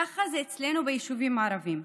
ככה זה אצלנו ביישובים הערביים.